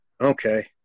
Okay